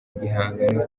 igihangano